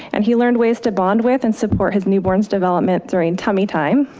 and he learned ways to bond with and support his newborn's development during tummy time.